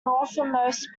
northernmost